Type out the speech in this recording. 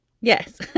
Yes